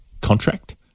contract